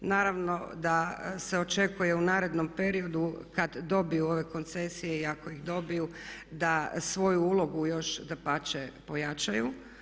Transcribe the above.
Naravno da se očekuje u narednom periodu kada dobiju ove koncesije i ako ih dobiju da svoju ulogu još dapače pojačaju.